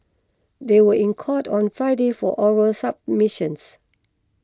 they were in court on Friday for oral submissions